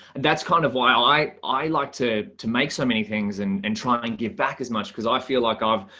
that's kind of while i, i like to to make so many things and and try and give back as much because i feel like i've,